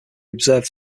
observed